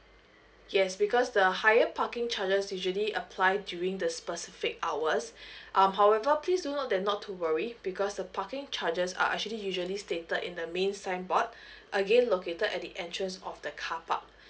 yes because the higher parking charges usually apply during the specific hours um however please do note that not to worry because the parking charges are actually usually stated in the main signboard again located at the entrance of the car park